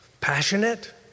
passionate